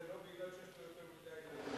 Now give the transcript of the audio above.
וזה לא בגלל שיש לו יותר מדי ילדים.